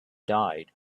died